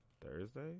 Thursday